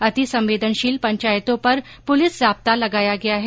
अतिसंवेदनशील पंचायतों पर पुलिस जाब्ता लगाया गया है